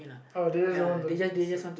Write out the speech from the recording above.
oh they are the one